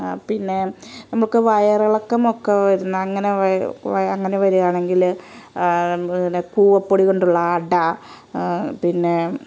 പിന്നെ നമുക്ക് വയറിളക്കം ഒക്കെ വരുന്നത് അങ്ങനെ അങ്ങനെ വരുകയാണെങ്കിൽ നമ്മൾ ഇങ്ങനെ കൂവപ്പൊടി കൊണ്ടുള്ള അട പിന്നെ